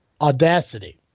Audacity